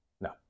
no